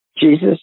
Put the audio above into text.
Jesus